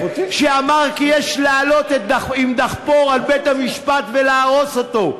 שאמר כי יש לעלות עם דחפור על בית-המשפט ולהרוס אותו.